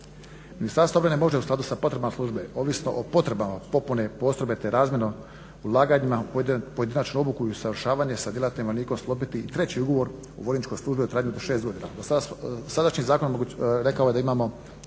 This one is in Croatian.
Ministarstvo obrane može u skladu sa potrebama službe ovisno o potrebama popune postrojbe te razmjerno ulaganjima u pojedinačnu obuku i usavršavanje sa djelatnim vojnikom sklopiti i treći ugovor o vojničkoj službi u trajanju od 6 godina.